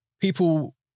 People